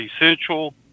Essential